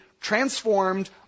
transformed